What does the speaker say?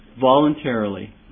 voluntarily